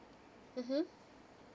mmhmm